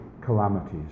calamities